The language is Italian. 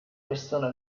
persona